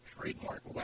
trademark